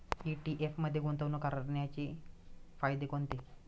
ETF मध्ये गुंतवणूक करण्याचे फायदे कोणते?